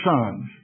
sons